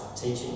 teaching